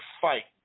fight